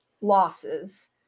losses